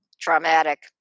Traumatic